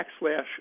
backslash